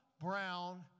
brown